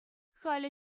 халӗ